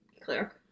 clear